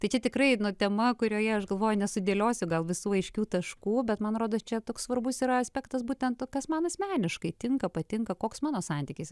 tai čia tikrai nu tema kurioje aš galvoju nesudėliosi gal visų aiškių taškų bet man rodos čia toks svarbus ir aspektas būtent kas man asmeniškai tinka patinka koks mano santykis